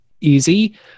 easy